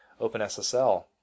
OpenSSL